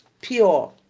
pure